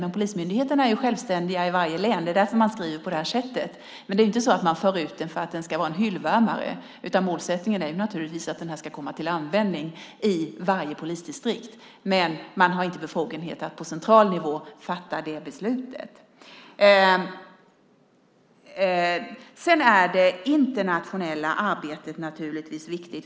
Men polismyndigheterna är självständiga i varje län. Det är därför man skriver på det här sättet. Men man för inte ut den för att den ska vara en hyllvärmare, utan målsättningen är naturligtvis att den ska komma till användning i varje polisdistrikt. Men man har inte befogenheter att på central nivå fatta det beslutet. Sedan är det internationella arbetet naturligtvis viktigt.